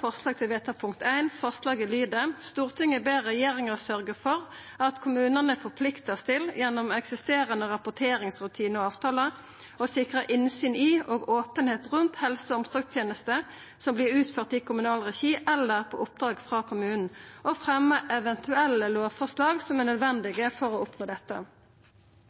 forslag til vedtak I i innstillinga. Forslaget lyder: «Stortinget ber regjeringen sørge for at kommunene forpliktes til, gjennom eksisterende rapporteringsrutiner og avtaler, å sikre innsyn i og åpenhet rundt helse- og omsorgstjenester som blir utført i kommunal regi eller på oppdrag fra kommunen, og fremme eventuelle lovforslag som er